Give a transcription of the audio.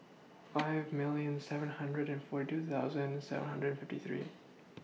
five million seven hundred and forty two thousand seven hundred and fifty three